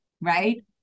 right